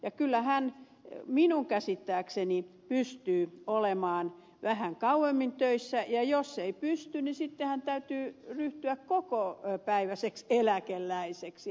ja kyllä hän minun käsittääkseni pystyy olemaan vähän kauemmin töissä ja jos ei pysty niin sittenhän täytyy ryhtyä kokopäiväiseksi eläkeläiseksi